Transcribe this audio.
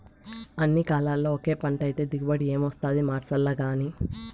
అన్ని కాలాల్ల ఒకే పంటైతే దిగుబడి ఏమొస్తాది మార్సాల్లగానీ